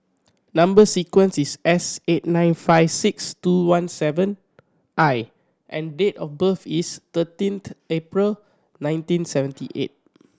number sequence is S eight nine five six two one seven I and date of birth is thirteenth April nineteen seventy eight